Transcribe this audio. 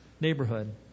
neighborhood